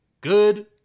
good